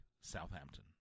Southampton